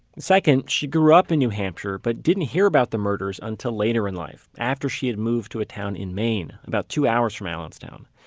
second, she grew up in new hampshire but didn't hear about the murders until later in life after she had moved to a town in maine, about two hours from allenstown.